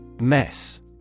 Mess